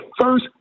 first